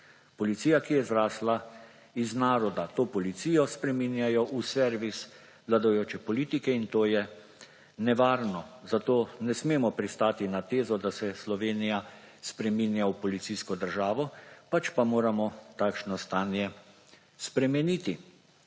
policija, ki je zrasla iz naroda; to policijo spreminjajo v servis vladajoče politike. In to je nevarno. Zato ne smemo pristati na tezo, da se Slovenija spreminja v policijsko državo, pač pa moramo takšno stanje spremeniti.